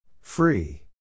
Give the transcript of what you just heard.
Free